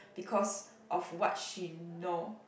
because of what she know